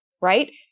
right